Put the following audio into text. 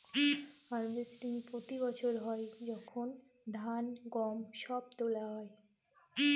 harvesting প্রতি বছর হয় যখন ধান, গম সব তোলা হয়